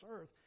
earth